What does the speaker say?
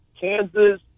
Kansas